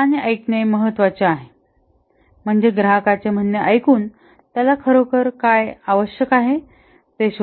आणि ऐकणे महत्त्वाचे आहे म्हणजे ग्राहकाचे म्हणणे एकूण त्याला खरोखर काय आवश्यक आहे ते शोधणे